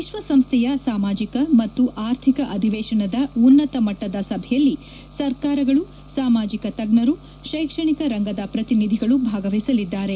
ವಿಶ್ವಸಂಸ್ಥೆಯ ಸಾಮಾಜಿಕ ಮತ್ತು ಆರ್ಥಿಕ ಅಧಿವೇಶನದ ಉನ್ನತ ಮಟ್ಟದ ಸಭೆಯಲ್ಲಿ ಸರ್ಕಾರಗಳು ಸಾಮಾಜಿಕ ತಜ್ವರು ಶೈಕ್ಷಣಿಕ ರಂಗದ ಪ್ರತಿನಿಧಿಗಳು ಭಾಗವಹಿಸಲಿದ್ದಾರೆ